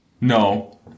No